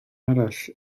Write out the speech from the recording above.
arall